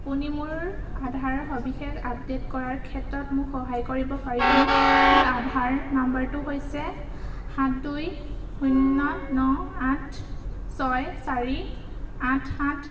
আপুনি মোৰ আধাৰৰ সবিশেষ আপডেট কৰাৰ ক্ষেত্ৰত মোক সহায় কৰিব পাৰিবনে মোৰ আধাৰ নাম্বাৰটো হৈছে সাত দুই শূন্য ন আঠ ছয় চাৰি আঠ সাত